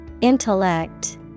Intellect